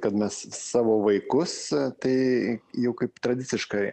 kad mes savo vaikus tai jau kaip tradiciškai